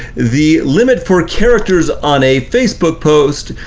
the limit for characters on a facebook post,